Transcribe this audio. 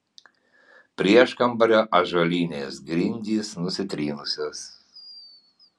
prieškambario ąžuolinės grindys nusitrynusios